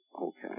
okay